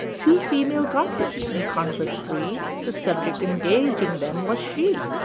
two female gossips in converse free the subject engaging them was she.